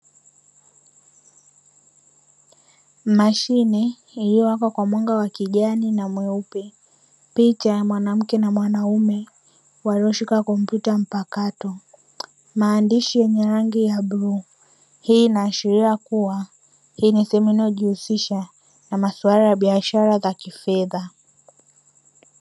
Mashine iliyowaka kwa mwanga wa kijani na mweupe, picha ya mwanamke na mwanaume walioshika kompyuta mpakato, maandishi yenye rangi ya bluu hii inaashiria kuwa hii ni sehemu inayojihusisha na maswala biashara za kifedha.